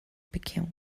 became